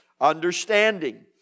understanding